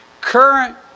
current